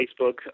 Facebook